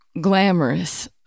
glamorous